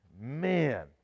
Man